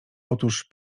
otóż